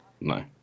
No